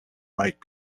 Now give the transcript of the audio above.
might